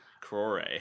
crore